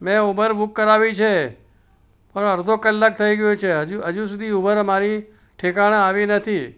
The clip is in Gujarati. મેં ઉબર બૂક કરાવી છે પણ અડધો કલાક થઈ ગયો છે હજુ હજુ સુધી ઉબર અમારી ઠેકાણાં આવી નથી